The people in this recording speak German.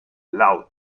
laut